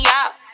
out